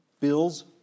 Bills